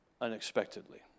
unexpectedly